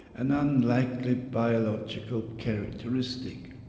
an unlikely biological characteristic.